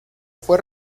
fue